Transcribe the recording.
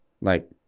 like-